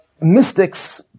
mystics